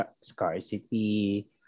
scarcity